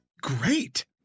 great